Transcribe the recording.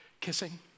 kissing